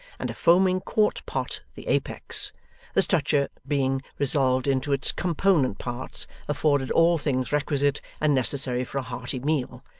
and a foaming quart-pot the apex the structure being resolved into its component parts afforded all things requisite and necessary for a hearty meal,